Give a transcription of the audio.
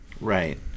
Right